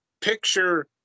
picture